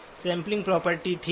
sampling property ठीक है